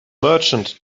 merchant